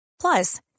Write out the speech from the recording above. Plus